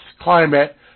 climate